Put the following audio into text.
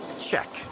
check